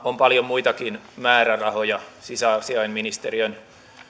on paljon muitakin määrärahoja sisäasiainministeriön